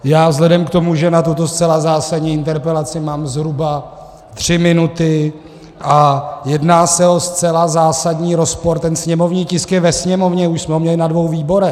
Já vzhledem k tomu, že na tuto zcela zásadní interpelaci mám zhruba tři minuty a jedná se o zcela zásadní rozpor, ten sněmovní tisk je ve Sněmovně, už jsme ho měli na dvou výborech.